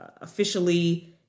officially